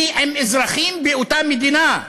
היא עם אזרחים באותה מדינה,